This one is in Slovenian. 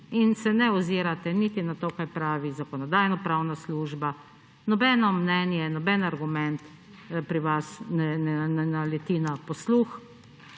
in se ne ozirate niti na to, kaj pravi Zakonodajno-pravna služba, nobeno mnenje in nobeden argument pri vas ne naleti na posluh,